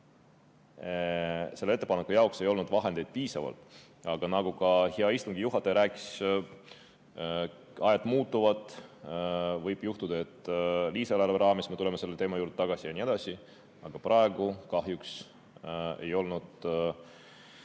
selle ettepaneku jaoks ei olnud vahendeid piisavalt. Aga nagu ka hea istungi juhataja rääkis, siis ajad muutuvad, võib juhtuda, et lisaeelarve raames me tuleme selle teema juurde tagasi ja nii edasi. Praegu kahjuks ei olnud